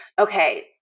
okay